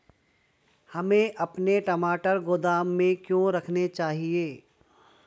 हमें अपने टमाटर गोदाम में क्यों रखने चाहिए?